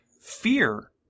Fear